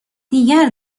دیگر